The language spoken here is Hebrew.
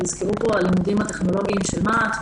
הוזכרו פה הלימודים הטכנולוגיים של מה"ט.